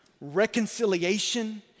reconciliation